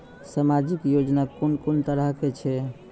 समाजिक योजना कून कून तरहक छै?